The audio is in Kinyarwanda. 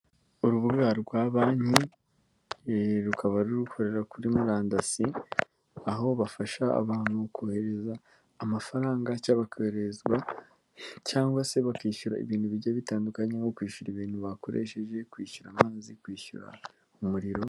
Urubuga rwa Banki, eee rukaba rukorera kuri murandasi, aho bafasha abantu kohereza amafaranga cyangwa bakohererezwa, cyangwa se bakishyura ibintu bigiye bitandukanye nko kwishyura ibintu bakoresheje, kwishyura amazi, kwishyura umuriro...